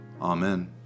Amen